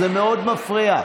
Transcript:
זה מאוד מפריע.